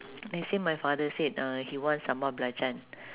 let's say my father said uh he wants sambal belacan